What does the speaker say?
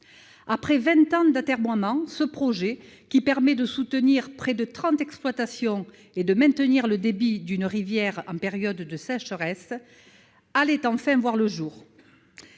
Après vingt ans d'atermoiements, ce projet, qui permet de soutenir près de trente exploitations et de maintenir le débit d'une rivière en période de sécheresse, allait enfin voir le jour.